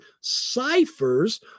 ciphers